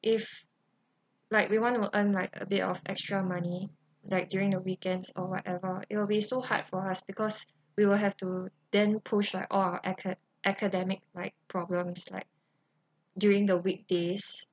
if like we want to earn like a bit of extra money like during the weekends or whatever it'll be so hard for us because we will have to then push like all our aca~ academic like problems like during the weekdays